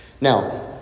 Now